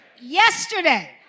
yesterday